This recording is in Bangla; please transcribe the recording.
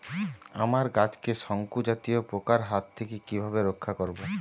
আমার গাছকে শঙ্কু জাতীয় পোকার হাত থেকে কিভাবে রক্ষা করব?